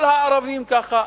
כל הערבים ככה.